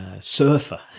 Surfer